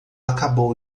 acabou